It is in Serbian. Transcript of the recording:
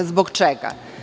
Zbog čega?